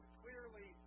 clearly